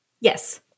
Yes